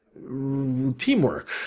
teamwork